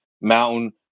mountain